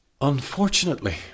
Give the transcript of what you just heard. Unfortunately